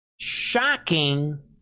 shocking